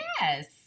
Yes